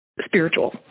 spiritual